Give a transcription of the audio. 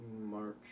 March